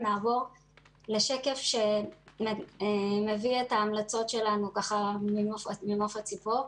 נעבור לשקף שמביא את ההמלצות שלנו ממעוף הציפור.